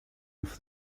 off